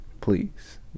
Please